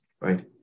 right